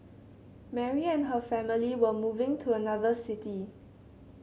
Mary and her family were moving to another city